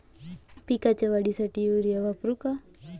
पिकाच्या वाढीसाठी युरिया वापरू का?